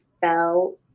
fell